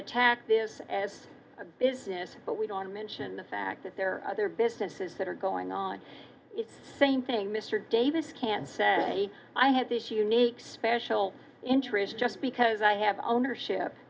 attack this as a business but we don't mention the fact that there are other businesses that are going on the same thing mr davis can't say i have this unique special interest just because i have ownership